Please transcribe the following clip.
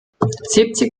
siebzig